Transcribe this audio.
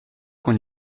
qu’on